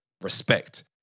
respect